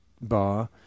bar